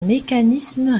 mécanisme